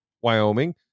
wyoming